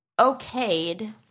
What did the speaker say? okayed